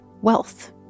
wealth